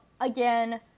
again